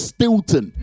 Stilton